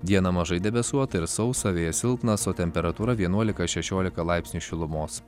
dieną mažai debesuota ir sausa vėjas silpnas o temperatūra vienuolika šešiolika laipsnių šilumos